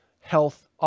health